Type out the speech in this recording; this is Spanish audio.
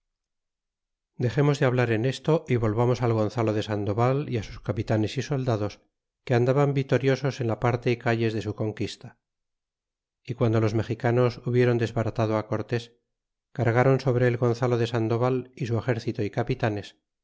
dexemos de hablar en esto y volvamos al gonzalo de sandoval y sus capitanes y soldados que an daban vitoriosos en la parte y calles de su con quiste y guando los mexicanos hubiét on desbaratado cortés cargron sobre el gonzalo de sandoval y su exercito y capitanes